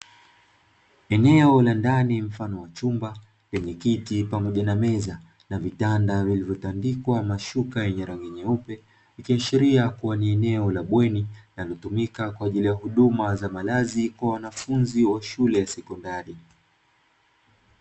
Eneo la ndani mfano wa chumba lenye kiti pamoja na meza na vitanda vilivyotandikwa mashuka yenye rangi nyeupe ikishiria kuwa ni eneo la bweni linalotumika kwa huduma za malazi kwa wanafunzi wa shule za sekondari.